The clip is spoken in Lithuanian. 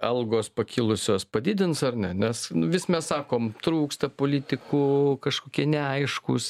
algos pakilusios padidins ar ne nes nu vis mes sakom trūksta politikų kažkokie neaiškūs